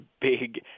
big